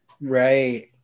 Right